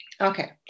Okay